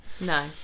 No